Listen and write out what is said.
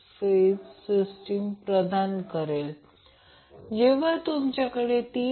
समजा आकृती 1 च्या वर्तुळात म्हणजे मी दाखवलेली आकृती 1 आहे